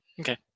Okay